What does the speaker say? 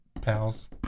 pals